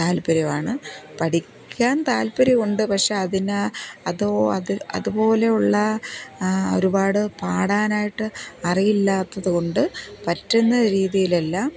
താൽപര്യമാണ് പഠിക്കാൻ താല്പര്യമുണ്ട് പക്ഷേ അതിന് അത് അതുപോലെയുള്ള ഒരുപാട് പാടാനായിട്ട് അറിയില്ലാത്തതുകൊണ്ട് പറ്റുന്ന രീതിയിലെല്ലാം